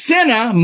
Sinner